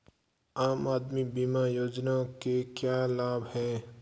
आम आदमी बीमा योजना के क्या लाभ हैं?